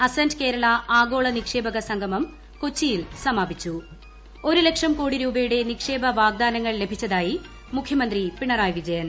assent Kerala ആഗോള നിക്ഷേപക സംഗമം കൊച്ചിയിൽ സമാപിച്ചു ഒരുലക്ഷം കോടി രൂപയുടെ നിക്ഷേപ വാഗ്ദാനങ്ങൾ ലഭിച്ചതായി മുഖ്യമന്ത്രി പിണറായി വിജയൻ